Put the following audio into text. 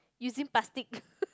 using plastic